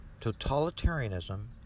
totalitarianism